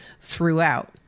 throughout